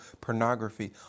pornography